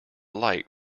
light